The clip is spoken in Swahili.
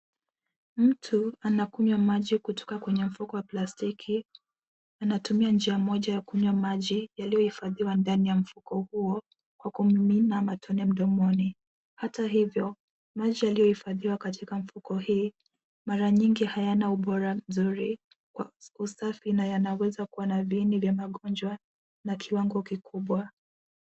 Mtu anakunywa maji kutoka kwenye mfuko wa plastiki. Anatumia njia moja ya kunywa maji yaliyohifadhiwa ndani ya mfuko huo, kwa kumimina matone mdomoni. Hata hivyo, maji yaliyohifadhiwa katika mfuko hii, mara nyingi hayana ubora mzuri kwa usafi na yanaweza kuwa na viini vya magonjwa na kiwango kikubwa.